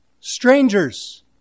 strangers